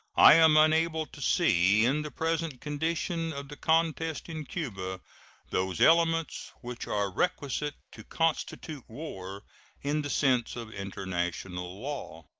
i am unable to see in the present condition of the contest in cuba those elements which are requisite to constitute war in the sense of international law.